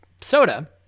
soda